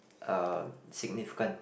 uh significant